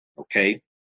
Okay